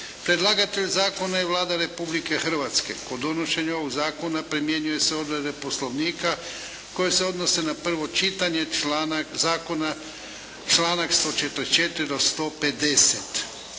Predlagatelj zakona je Vlada Republike Hrvatske. Kod donošenja ovog zakona, primjenjuju se odredbe Poslovnika koje se odnose na prvo čitanje zakona, članak 144. do 150.